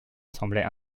semblaient